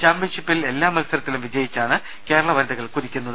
ചാമ്പ്യൻഷിപ്പിൽ എല്ലാ മത്സരത്തിലും വിജയിച്ചാണ് കേരളിവനിതകൾ കുതിക്കുന്നത്